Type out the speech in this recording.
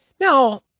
Now